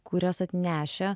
kurias atnešę